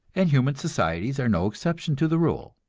and human societies are no exception to the rule.